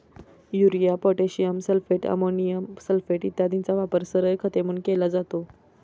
urea, potassium sulphate, ammonium sulphate इत्यादींचा वापर सरळ खते म्हणून केला जातो